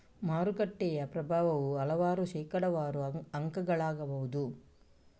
ಮಾರುಕಟ್ಟೆಯ ಪ್ರಭಾವವು ಹಲವಾರು ಶೇಕಡಾವಾರು ಅಂಕಗಳಾಗಬಹುದು